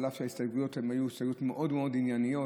אף שהן היו מאוד-מאוד ענייניות.